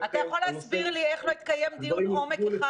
הנושא --- אתה יכול להסביר לי איך לא התקיים דיון עומק אחד?